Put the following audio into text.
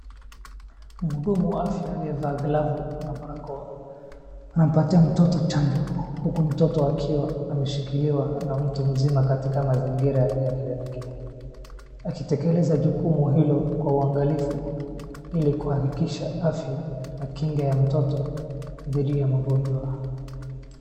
Mhudumu wa afya aliyevaa glavu na barakoa anampatia mtoto chanjo huku mtoto akiwa ameshikiliwa na mtu mzima katika mazingira ya kliniki. Akitekeleza jukumu hilo kwa uangalifu ili kuhakikisha afya na kinga ya mtoto dhidi ya magonjwa.